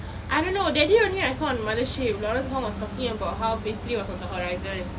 I don't know that day only I saw on mothership lawrence wong was talking about how phase three was on the horizons